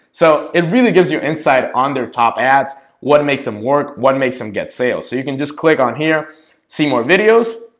so it really gives you insight on their top ads what makes them work what makes them get sales so you can just click on here see more videos